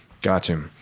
Gotcha